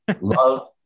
Love